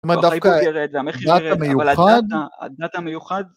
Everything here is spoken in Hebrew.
‫זאת אומרת, דווקא הדנת המיוחד... ‫-הדנת המיוחד...